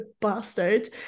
bastard